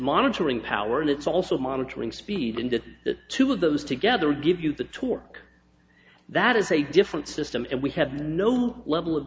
monitoring power and it's also monitoring speed in that two of those together give you the torque that is a different system and we have no level of